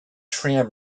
tram